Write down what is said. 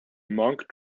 monk